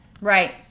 Right